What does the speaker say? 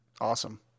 awesome